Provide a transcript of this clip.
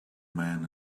men